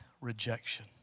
rejection